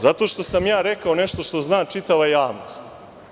Zato što sam ja rekao nešto što zna čitava javnost.